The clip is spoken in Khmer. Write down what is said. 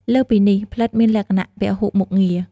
លើសពីនេះ ផ្លិតមានលក្ខណៈ ពហុមុខងារ។